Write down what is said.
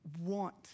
want